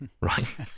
right